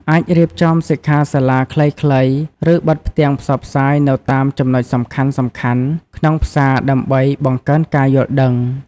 អាចរៀបចំសិក្ខាសាលាខ្លីៗ ឬបិទផ្ទាំងផ្សព្វផ្សាយនៅតាមចំណុចសំខាន់ៗក្នុងផ្សារដើម្បីបង្កើនការយល់ដឹង។